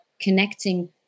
connecting